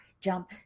jump